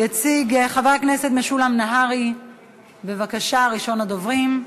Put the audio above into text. יציג חבר הכנסת משולם נהרי, בבקשה, ראשון הדוברים.